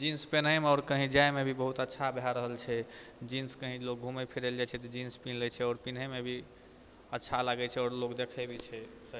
jeans पहनेमे आओर कहीं जाइमे अभी बहुत अच्छा भए रहल छै जीन्स कहीं लोक घुमै फिरै लए जाइ छै तऽ जीन्स पहन लै छै आओर पहनेमे भी अच्छा लागै छै आओर लोक देखै भी छै